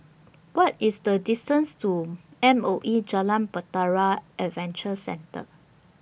What IS The distance to M O E Jalan Bahtera Adventure Centre